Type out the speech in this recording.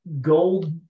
gold